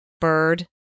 bird